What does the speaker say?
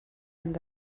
and